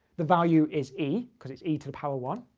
the value is e because it's e to the power one.